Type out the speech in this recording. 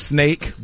Snake